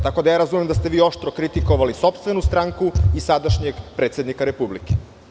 Tako da razumem da ste vi oštro kritikovali sopstvenu stranku i sadašnjeg predsednika Republike.